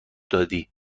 دادی